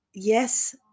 Yes